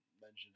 mention